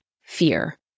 fear